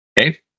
Okay